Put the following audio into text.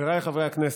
חבריי חברי הכנסת,